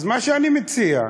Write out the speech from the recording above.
אז מה שאני מציע,